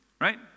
Right